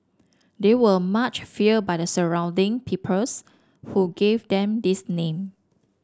they were much feared by the surrounding peoples who gave them this name